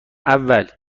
اول